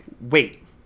wait